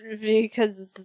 because-